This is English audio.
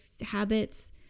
habits